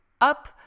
up